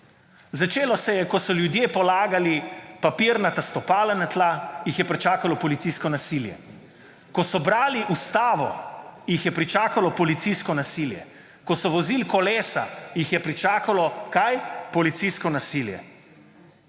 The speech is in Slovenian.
Začelo se je, ko so ljudje polagali papirnata stopala na tla, jih je pričakalo policijsko nasilje; ko so brali Ustavo, jih je pričakalo policijsko nasilje. Ko so vozili kolesa, jih je pričakalo kaj? Policijsko nasilje.